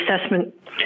assessment